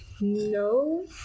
no